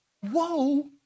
Whoa